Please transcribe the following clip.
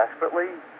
desperately